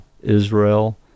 Israel